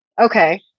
Okay